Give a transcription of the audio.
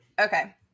Okay